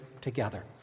together